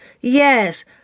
Yes